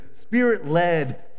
Spirit-led